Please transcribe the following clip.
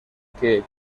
que